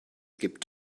gibt